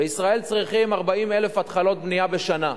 בישראל צריכים 40,000 התחלות בנייה בשנה.